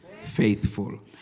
faithful